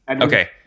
Okay